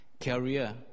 career